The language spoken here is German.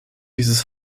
dieses